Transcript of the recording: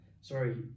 sorry